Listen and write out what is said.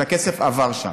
השר